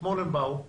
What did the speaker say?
אתמול הם באו לכאן.